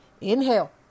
Inhale